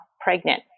pregnant